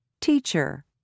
teacher